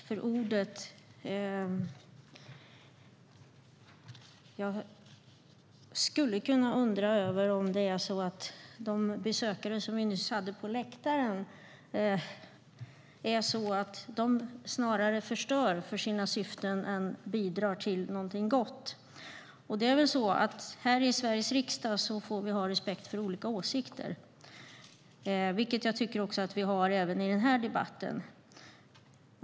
Fru talman! Jag undrar om inte de besökare som vi nyss hade på läktaren snarare förstör för sina syften än bidrar till någonting gott. Här i Sveriges riksdag får vi ha respekt för olika åsikter, vilket jag tycker att vi har även i den här debatten.